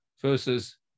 versus